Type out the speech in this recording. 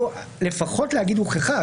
לפחות לומר הוכחה.